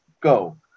go